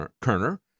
Kerner